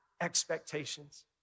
expectations